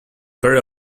very